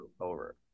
over